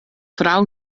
frou